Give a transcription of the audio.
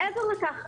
מעבר לכך,